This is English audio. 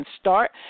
Start